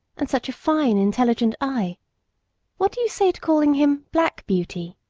and such a fine, intelligent eye what do you say to calling him black beauty?